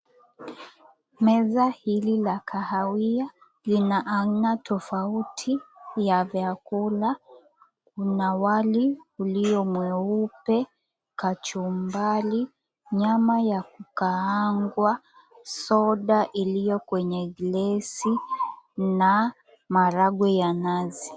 Meza hili la kahawia lina aina tofauti ya vyakula mna wali ulio mweupe, kachumbari, nyama ya kukaangwa, soda iliyo kwenye glasi na maragwe ya nazi.